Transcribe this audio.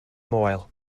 moel